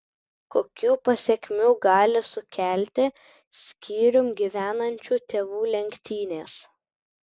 kokių pasekmių gali sukelti skyrium gyvenančių tėvų lenktynės